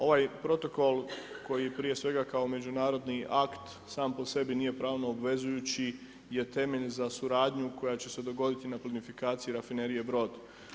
Ovaj protokol koji prije svega kao međunarodni akt sam po sebi nije pravno obvezujući je temelj za suradnju koja će se dogoditi na plinofikaciji rafinerije Brod.